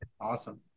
awesome